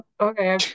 Okay